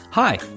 Hi